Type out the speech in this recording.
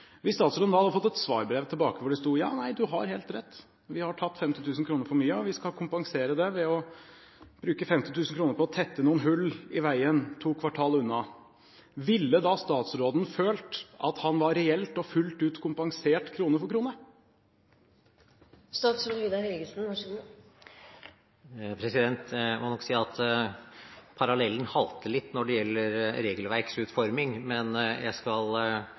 Hvis statsråden da hadde fått et svarbrev tilbake hvor det sto: Ja, du har helt rett. Vi har tatt 50 000 kr for mye, og vi skal kompensere det ved å bruke 50 000 kr på å tette noen hull i veien to kvartal unna. Ville statsråden da følt at han var reelt og fullt ut kompensert krone for krone? Jeg må nok si at parallellen halter litt når det gjelder regelverksutforming, men jeg skal